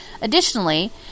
Additionally